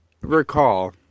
recall